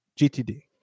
GTD